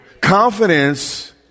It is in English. Confidence